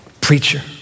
preacher